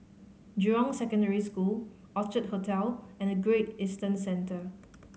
Jurong Secondary School Orchard Hotel and Great Eastern Centre